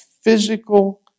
physical